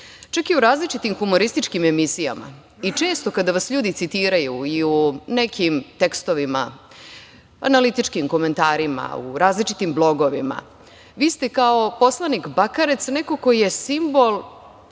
Čak i u različitim humorističkim emisijama, i često kada vas ljudi citiraju, i u nekim tekstovima, analitičkim komentarima, u različitim blogovima, vi ste kao poslanik Bakarec, neko ko je simbol